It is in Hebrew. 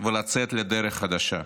ולצאת לדרך חדשה.